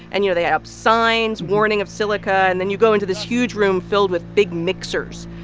and, you know, they have signs warning of silica. and then you go into this huge room filled with big mixers.